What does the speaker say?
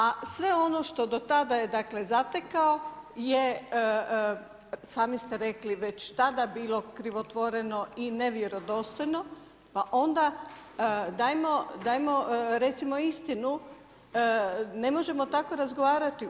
A sve ono što do tada je, dakle zatekao je sami ste rekli već tada bilo krivotvoreno i nevjerodostojno pa onda dajmo recimo istinu, ne možemo tako razgovarati.